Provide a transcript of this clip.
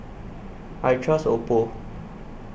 I Trust Oppo